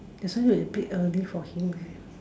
isn't a bit early for him leh